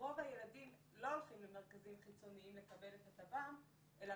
רוב הילדים לא הולכים למרכזים חיצוניים לקבל את הטב"ם אלא